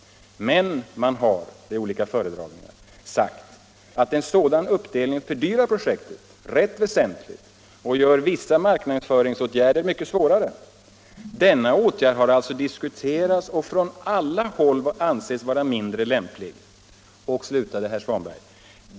—-— Men man har —-—-— sagt att en sådan uppdelning fördyrar projektet rätt väsentligt och gör vissa marknadsföringsåtgärder mycket svårare. -—-—- Denna åtgärd har alltså diskuterats och från alla håll ansetts vara mindre lämplig.